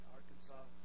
Arkansas